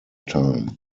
time